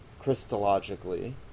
Christologically